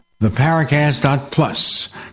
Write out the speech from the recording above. theparacast.plus